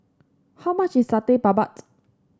how much is Satay Babat